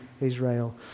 Israel